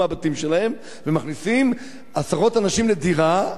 מהבתים שלהם ומכניסים עשרות אנשים לדירה.